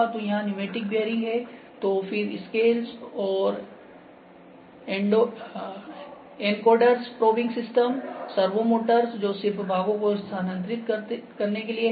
तो यहां pneumatic bearing हैं तो फिर स्केल्स और encoders probing system servo motors जो सिर्फ भागों को स्थानांतरित करने के लिए हैं